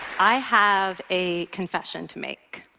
i have a confession to make.